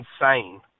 insane